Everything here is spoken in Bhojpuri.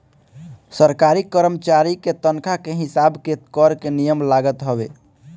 सरकारी करमचारी के तनखा के हिसाब के कर के नियम लागत हवे